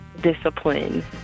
discipline